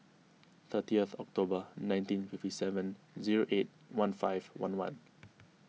thirtieth October nineteen fifty seven zero eight one five one one